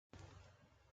ocho